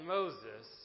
Moses